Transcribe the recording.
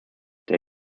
del